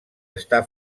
està